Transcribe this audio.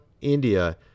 India